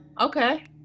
okay